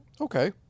Okay